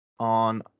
On